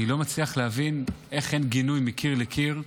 אני לא מצליח להבין איך אין גינוי מקיר לקיר?